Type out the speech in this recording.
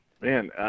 Man